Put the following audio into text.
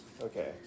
Okay